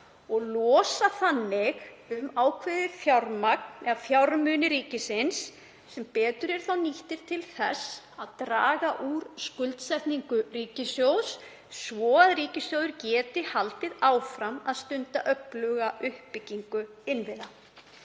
og losa þannig um ákveðið fjármagn eða fjármuni ríkisins sem betur eru nýttir til að draga úr skuldsetningu ríkissjóðs svo að hann geti haldið áfram að stunda öfluga uppbyggingu innviða.